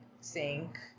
sink